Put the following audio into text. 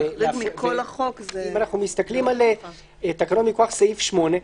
אם אנחנו מסתכלים על תקנון מכוח סעיף 8,